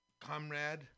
Comrade